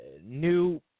new